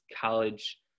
college